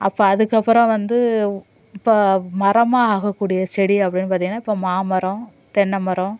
அப்போ அதற்கப்பறம் வந்து இப்போ மரமாக ஆகக்கூடிய செடி அப்படின்னு பார்த்தீங்கன்னா இப்போ மாமரம் தென்னமரம்